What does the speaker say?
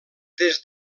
des